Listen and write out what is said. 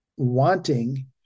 Wanting